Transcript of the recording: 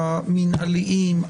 המינהליים,